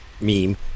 meme